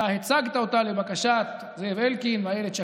אתה הצגת אותה לבקשת זאב אלקין ואילת שקד,